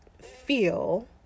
feel